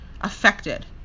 affected